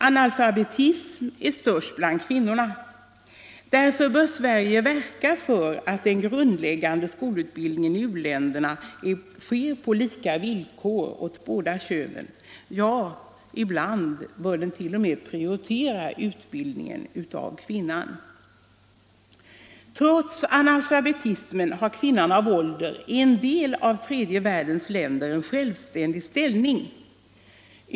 Analfabetismen är störst bland kvinnorna. Därför bör Sverige verka för att den grundläggande skolutbildningen i u-länderna på lika villkor skall ges åt båda könen. Ibland bör man t.o.m. prioritera utbildningen av kvinnor. Trots analfabetismen har kvinnan av ålder i en del av tredje världens länder en självständig ställning.